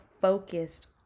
focused